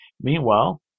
Meanwhile